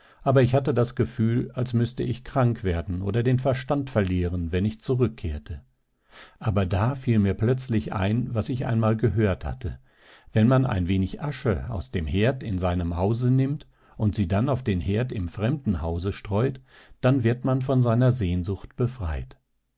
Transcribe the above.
aber ich hatte das gefühl als müßte ich krank werden oder den verstand verlieren wenn ich zurückkehrte aber da fiel mir plötzlich ein was ich einmal gehört hatte wenn man ein wenig asche aus dem herd in seinem hause nimmt und sie dann auf den herd im fremden hause streut dann wird man von seiner sehnsucht befreit